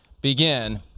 begin